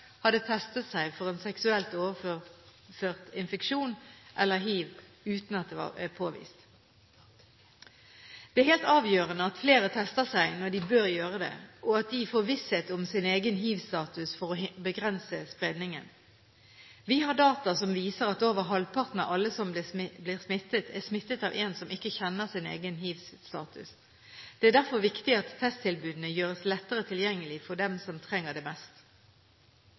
hadde testet seg for en seksuelt overførbar infeksjon det siste året. Det betyr at flere kan ha en seksuelt overført infeksjon eller hiv uten at det er påvist. Det er helt avgjørende at flere tester seg når de bør gjøre det, og at de får visshet om egen hivstatus, for å begrense spredningen. Vi har data som viser at over halvparten av alle som blir smittet, er smittet av en som ikke kjenner sin egen hivstatus. Det er derfor viktig at testtilbudene gjøres lettere tilgjengelig for dem som trenger det mest.